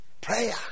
Prayer